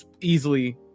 easily